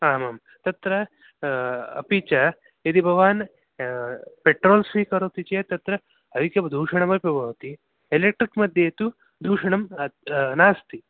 आमाम् तत्र अपि च यदि भवान् पेट्रोल् स्वीकरोति चेत् तत्र अधिकं दूषणमपि भवति एलेक्ट्रिक् मध्ये तु दूषणं नास्ति